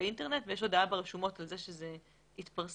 באינטרנט ויש הודעה ברשומות על כך שזה התפרסם.